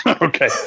Okay